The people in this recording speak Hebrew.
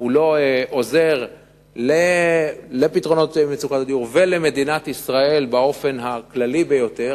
לא עוזר לפתרונות מצוקת הדיור ולמדינת ישראל באופן הכללי ביותר,